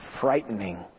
frightening